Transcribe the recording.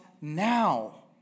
now